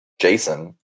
Jason